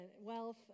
wealth